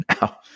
Now